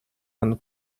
and